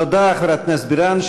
תודה, חברת הכנסת בירן.